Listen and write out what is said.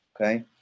okay